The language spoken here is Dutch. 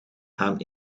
gaan